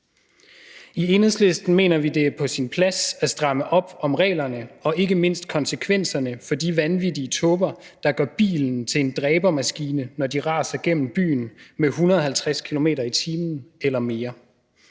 I Enhedslisten mener vi, at det er på sin plads at stramme reglerne, ikke mindst i forhold til konsekvenserne for de vanvittige tåber, der gør bilen til en dræbermaskine, når de ræser gennem byen med 150 km/t. eller mere.